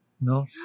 No